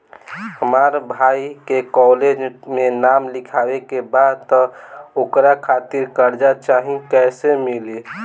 हमरा भाई के कॉलेज मे नाम लिखावे के बा त ओकरा खातिर कर्जा चाही कैसे मिली?